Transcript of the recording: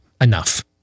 enough